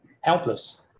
helpless